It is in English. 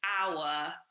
hour